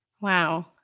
Wow